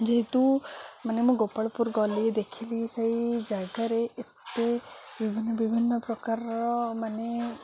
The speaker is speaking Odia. ଯେହେତୁ ମାନେ ମୁଁ ଗୋପାଳପୁର ଗଲି ଦେଖିଲି ସେଇ ଜାଗାରେ ଏତେ ବିଭିନ୍ନ ବିଭିନ୍ନ ପ୍ରକାରର ମାନେ